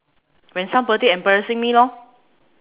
when somebody embarrassing me lor